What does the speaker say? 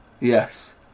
Yes